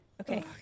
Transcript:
Okay